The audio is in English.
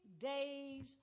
days